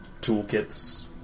Toolkits